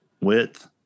width